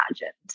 imagined